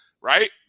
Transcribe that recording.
right